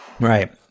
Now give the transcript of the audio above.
right